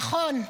נכון,